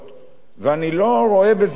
ואני לא רואה בזה דבר,